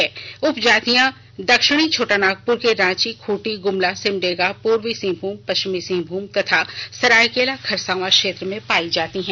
ये उपजातिया दक्षिणी छोटानागपुर के रांची खूंटी गुमला सिमडेगा पूर्वी सिंहभूम पश्चिमी सिंहभूम तथा सरायकेला खरसावां क्षेत्र में पायी जाती हैं